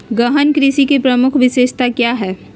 गहन कृषि की प्रमुख विशेषताएं क्या है?